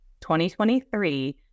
2023